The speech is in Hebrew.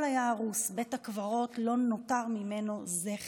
הכול היה הרוס, מבית הקברות לא נותר זכר.